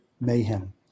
mayhem